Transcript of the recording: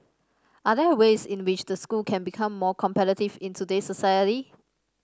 are there ways in which the school can become more competitive in today's society